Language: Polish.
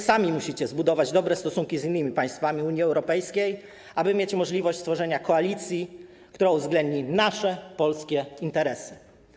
Sami musicie zbudować dobre stosunki z innymi państwami Unii Europejskiej, aby mieć możliwość stworzenia koalicji, która uwzględni nasze polskie interesy.